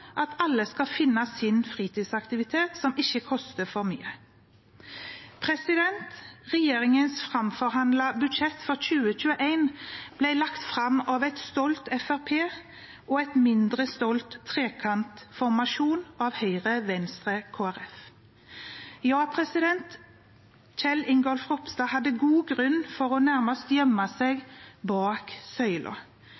at alle skal finne sin fritidsaktivitet som ikke koster for mye. Regjeringens framforhandlede budsjett for 2021 ble lagt fram av et stolt Fremskrittsparti og en mindre stolt trekantformasjon av Høyre–Venstre–Kristelig Folkeparti. Ja, Kjell Ingolf Ropstad hadde god grunn for nærmest å gjemme seg